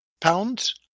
pounds